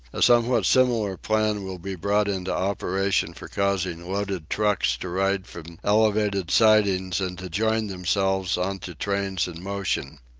a somewhat similar plan will be brought into operation for causing loaded trucks to run from elevated sidings and to join themselves on to trains in motion.